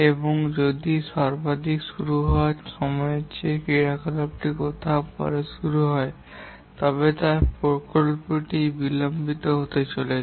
এবং যদি সর্বাধিক শুরু হওয়ার সময়ের চেয়ে ক্রিয়াকলাপটি কোথাও পরে শুরু হয় তবে প্রকল্পটি বিলম্বিত হতে চলেছে